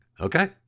Okay